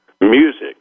music